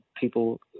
people